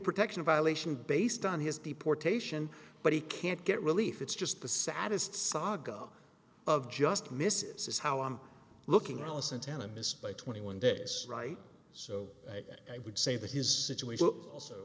protection violation based on his deportation but he can't get relief it's just the saddest saga of just misses is how i am looking also in town and missed by twenty one days right so i would say that his situation also